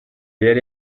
yari